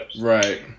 Right